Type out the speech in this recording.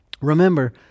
remember